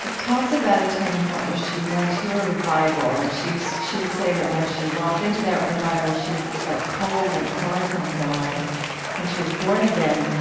talks about a turning point where she went to a revival, and she so she would say that when she walked into that revival, she felt cold and far from god and she was born again.